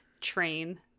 train